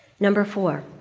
number four,